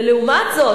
ולעומת זאת,